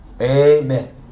Amen